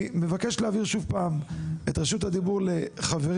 אני מבקש להעביר שוב פעם את רשות הדיבור לחברי,